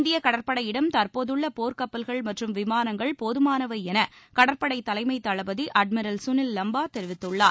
இந்திய கடற்படையிடம் தற்போதுள்ள போர்க் கப்பல்கள் மற்றும் விமானங்கள் போதுமானவை என கடற்படை தலைமைத் தளபதி அட்மிரல் சுனில் லம்பா தெரிவித்துள்ளார்